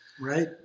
right